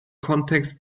kontext